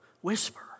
whisper